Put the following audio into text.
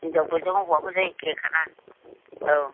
हिनजावफोरजों हौवाफोरजों एखेखाना औ